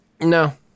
No